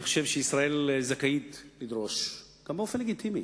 אני חושב שישראל זכאית לדרוש גם באופן לגיטימי